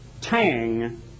tang